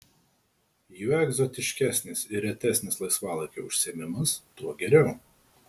juo egzotiškesnis ir retesnis laisvalaikio užsiėmimas tuo geriau